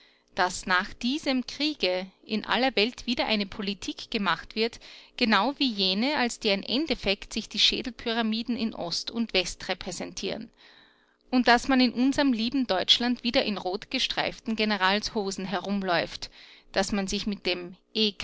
daß nach diesem kriege in aller welt wieder eine politik gemacht wird genau wie jene als deren endeffekt sich die schädelpyramiden in ost und west repräsentieren daß man in unserm lieben deutschland wieder in rotgestreiften generalshosen herumläuft daß man sich mit dem